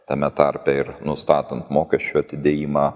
tame tarpe ir nustatant mokesčių atidėjimą